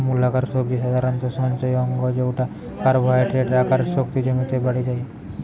মূলাকার সবজি সাধারণত সঞ্চয় অঙ্গ জউটা কার্বোহাইড্রেটের আকারে শক্তি জমিতে বাড়ি যায়